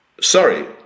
sorry